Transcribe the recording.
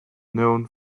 known